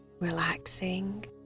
relaxing